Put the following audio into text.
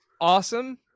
awesome